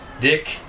Dick